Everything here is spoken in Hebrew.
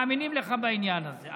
אנחנו מאמינים לך בעניין הזה,